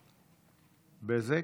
בזק,